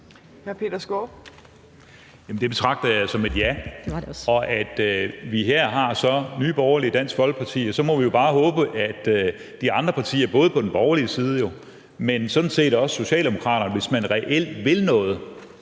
ja. (Pernille Vermund (NB): Det var det også). Her har vi så Nye Borgerlige og Dansk Folkeparti – og så må vi bare håbe, at de andre partier både på den borgerlige side, men sådan set også Socialdemokraterne vil gøre noget.